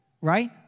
right